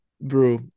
bro